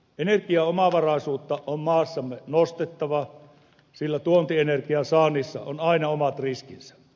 energiaomavaraisuutta on maassamme nostettava sillä tuontienergian saannissa on aina omat riskinsä